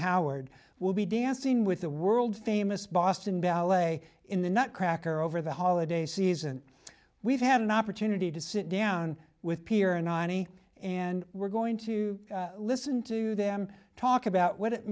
howard will be dancing with the world famous boston ballet in the nutcracker over the holiday season we've had an opportunity to sit down with p r nonny and we're going to listen to them talk about what it